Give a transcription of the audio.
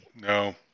no